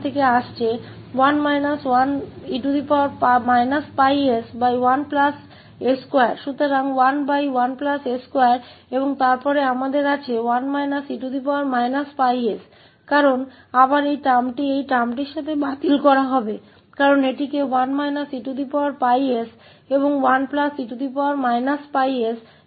तो 11s2और फिर हमारे पास 1 − e 𝜋s है क्योंकि इस पद के साथ फिर से इस पद को रद्द कर दिया जाएगा और क्योंकि इसे 1 − e 𝜋s और 1 e 𝜋s के रूप में लिखा जा सकता है